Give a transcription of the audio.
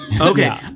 Okay